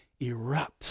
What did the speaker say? erupts